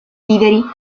viveri